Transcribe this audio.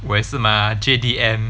我也是 mah J_D_M